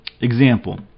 Example